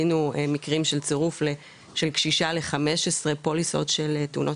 זיהינו מקרים של צירוף של קשישה ל-15 פוליסות של תאונות